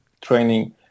training